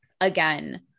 again